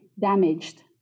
damaged